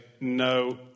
no